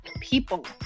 people